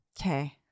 Okay